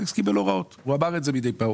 אלכס קיבל הוראות, הוא אמר את זה מידי פעם.